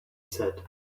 said